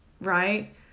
right